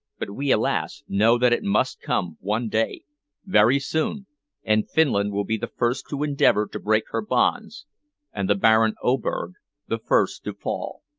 but we, alas! know that it must come one day very soon and finland will be the first to endeavor to break her bonds and the baron oberg the first to fall.